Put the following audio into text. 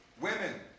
women